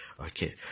Okay